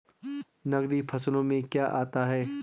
नकदी फसलों में क्या आता है?